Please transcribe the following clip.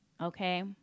okay